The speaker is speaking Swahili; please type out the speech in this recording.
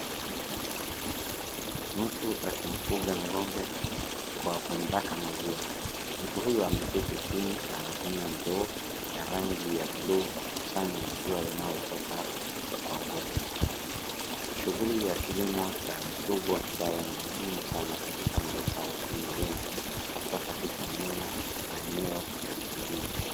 Mtu akimfuga ng'ombe kwa kumlaka maziwa. Mtu huyu ameketi chini na anatumia ndoo ya rangi ya blue kukusanya maziwa yanayotoka kwa ng'ombe. Shughuli ya kilimo cha mfugo ambayo ni muhimu sana katika maisha ya wakulima wengi haswa katika maneno maeneo ya vijijini.